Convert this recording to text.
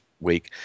week